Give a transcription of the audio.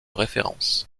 référence